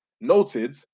noted